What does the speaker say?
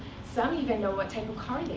some even know what type of car they